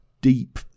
deep